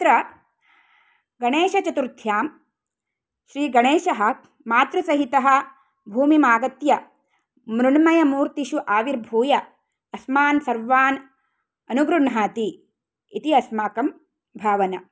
तत्र गणेशचतुर्थ्यां श्रीगणेशः मातृसहितः भूमिम् आगत्य मृण्मयमूर्तिषु आविर्भूय अस्मान् सर्वान् अनुगृह्णाति इति अस्माकं भावना